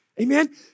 Amen